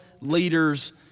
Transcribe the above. leaders